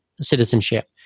citizenship